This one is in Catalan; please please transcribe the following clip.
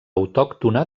autòctona